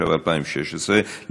התשע"ו 2016,